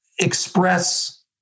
express